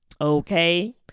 okay